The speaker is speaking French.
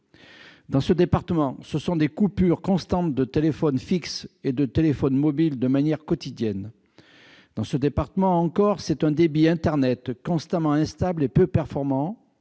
Dans ce département, ce sont des coupures constantes de téléphone fixe et de téléphone mobile de manière quotidienne. Dans ce département, encore, c'est un débit internet constamment instable et peu performant,